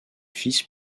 fils